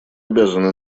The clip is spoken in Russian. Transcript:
обязаны